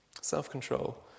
Self-control